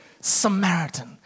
Samaritan